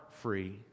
free